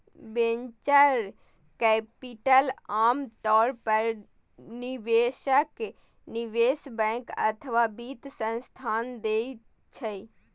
venture capital आम तौर पर निवेशक, निवेश बैंक अथवा वित्त संस्थान दै छै